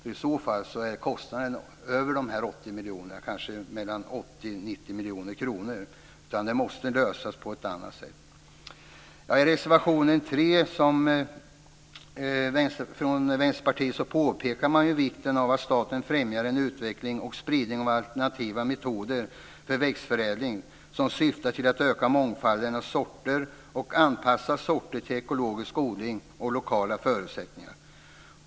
I så fall är kostnaden över de här 80 miljonerna. De är kanske mellan 80 och 90 miljoner kronor. Det måste lösas på ett annat sätt. I reservation 3 från Vänsterpartiet påpekar man vikten av att staten främjar en utveckling och spridning av alternativa metoder för växtförädling som syftar till att öka mångfalden av sorter och att anpassa sorter till ekologisk odling och lokala förutsättningar.